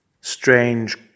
Strange